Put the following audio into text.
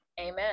Amen